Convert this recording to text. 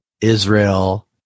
Israel